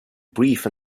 brief